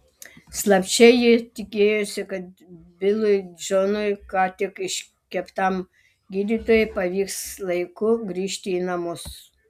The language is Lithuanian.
slapčia ji tikėjosi kad bilui džonui ką tik iškeptam gydytojui pavyks laiku grįžti į namus